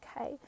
okay